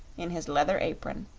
in his leather apron,